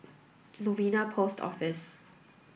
Novena Post Office